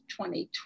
2020